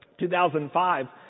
2005